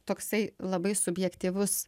toksai labai subjektyvus